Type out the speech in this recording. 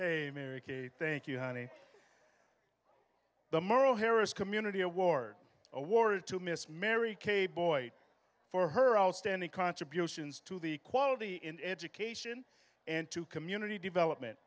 day mary kay thank you honey the moral here is community award awarded to miss mary kay boyd for her outstanding contributions to the quality in education and to community development